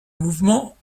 mouvements